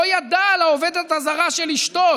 לא ידע על העובדת הזרה של אשתו,